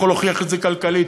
ואני יכול להוכיח את זה כלכלית,